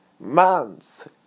month